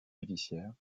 judiciaire